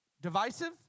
divisive